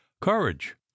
Courage